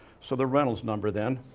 so, the reynolds number then,